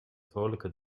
vrolijke